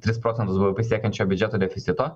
tris procentus siekiančio biudžeto deficito